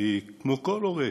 כמו כל הורה,